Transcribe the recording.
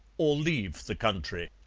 or leave the country.